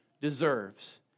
deserves